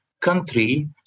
country